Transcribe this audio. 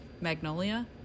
Magnolia